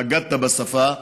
בגדת בשפה,